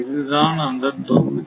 இதுதான் அந்த தொகுதி